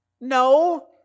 No